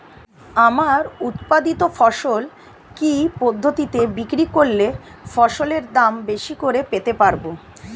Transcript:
আমার উৎপাদিত ফসল কি পদ্ধতিতে বিক্রি করলে ফসলের দাম বেশি করে পেতে পারবো?